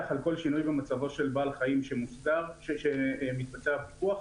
על כל שינוי במצבו של בעל חיים שמתבצע עליו פיקוח,